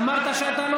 אמרת שאתה לא